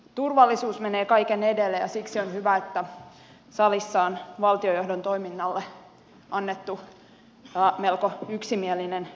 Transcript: turvallisuus menee kaiken edelle ja siksi on hyvä että salissa on valtionjohdon toiminnalle annettu melko yksimielinen tuki